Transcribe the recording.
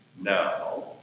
now